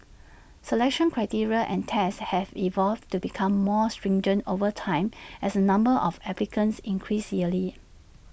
selection criteria and tests have evolved to become more stringent over time as the number of applicants increase yearly